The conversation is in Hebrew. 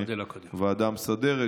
לוועדה המסדרת,